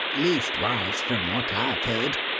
leastwise, from what i've heard.